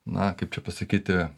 na kaip čia pasakyti